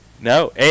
No